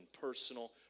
personal